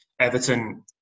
Everton